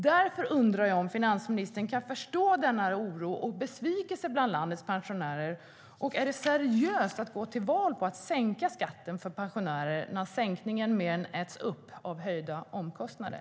Därför undrar jag om finansministern kan förstå denna oro och besvikelse bland landets pensionärer. Och är det seriöst att gå till val på att sänka skatten för pensionärer när sänkningen mer än äts upp av höjda omkostnader?